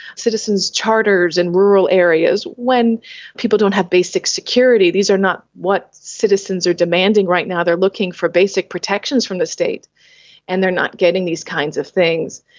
citizens' charters in rural areas. when people don't have basic security, these are not what citizens are demanding right now, they are looking for basic protections from the state and they are not getting these kinds of things.